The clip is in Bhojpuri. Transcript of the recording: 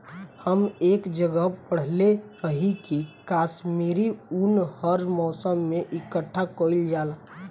हम एक जगह पढ़ले रही की काश्मीरी उन हर मौसम में इकठ्ठा कइल जाला